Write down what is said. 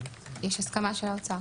יש הסכמה של האוצר.